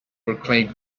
reclaim